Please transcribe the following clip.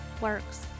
works